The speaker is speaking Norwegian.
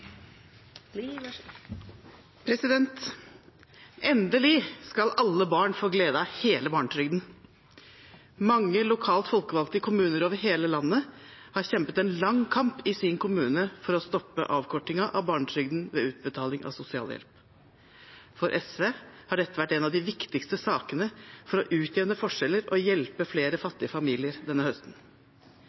Endelig skal alle barn få glede av hele barnetrygden. Mange lokalt folkevalgte i kommuner over hele landet har kjempet en lang kamp i sin kommune for å stoppe avkortingen av barnetrygden ved utbetaling av sosialhjelp. For SV har dette vært en av de viktigste sakene for å utjevne forskjeller og hjelpe flere fattige familier denne høsten.